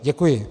Děkuji.